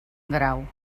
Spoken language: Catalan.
grau